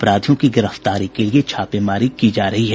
अपराधियों की गिरफ्तारी के लिए छापेमारी की जा रही है